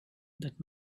that